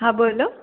હા બોલો